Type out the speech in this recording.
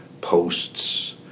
posts